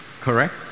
correct